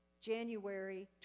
January